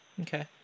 Okay